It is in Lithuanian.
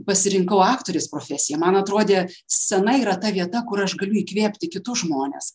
pasirinkau aktorės profesiją man atrodė scena yra ta vieta kur aš galiu įkvėpti kitus žmones